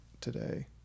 today